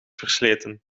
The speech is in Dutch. versleten